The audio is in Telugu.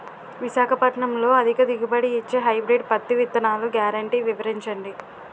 విశాఖపట్నంలో అధిక దిగుబడి ఇచ్చే హైబ్రిడ్ పత్తి విత్తనాలు గ్యారంటీ వివరించండి?